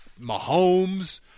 Mahomes